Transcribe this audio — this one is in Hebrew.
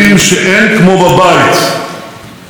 כי טוב לחיות בישראל.